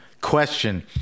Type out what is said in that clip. question